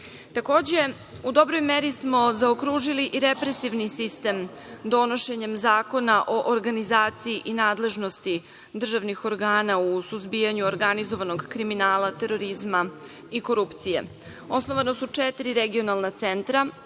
u dobroj meri smo zaokružili i represivni sistem donošenjem Zakona o organizaciji i nadležnosti državnih organa u suzbijanju organizovanog kriminala, terorizma i korupcije. Osnovana su četiri regionalna centra